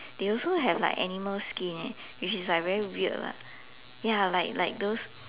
they also have like animal skin leh which is like very weird lah ya like like those